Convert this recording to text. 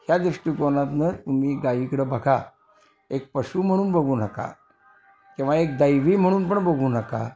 ह्या दृष्टिकोनातनं तुम्ही गायीकडं बघा एक पशु म्हणून बघू नका किंवा एक दैवी म्हणून पण बघू नका